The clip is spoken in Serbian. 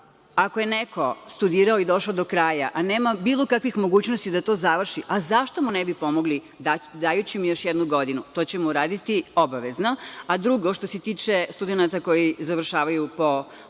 Ako je neko studirao i došao do kraja, a nema bilo kakvih mogućnosti da to završi, a zašto mu ne bi pomogli dajući mu još jednu godinu? To ćemo uraditi obavezno. Drugo, što se tiče studenata koji završavaju po modelu